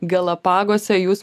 galapaguose jūs